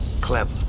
Clever